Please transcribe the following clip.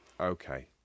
okay